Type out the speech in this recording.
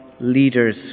leaders